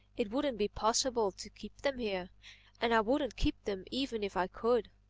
it wouldn't be possible to keep them here and i wouldn't keep them even if i could.